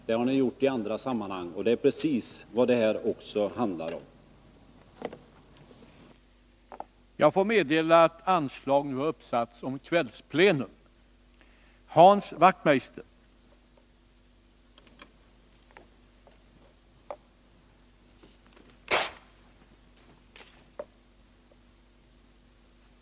Det har ni gjort i andra sammanhang, och det är precis vad det handlar om nu också.